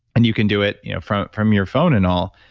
and you can do it you know from from your phone and all.